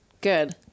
Good